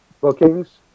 bookings